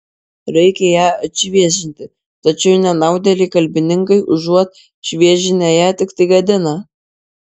reikia ją atšviežinti tačiau nenaudėliai kalbininkai užuot šviežinę ją tiktai gadina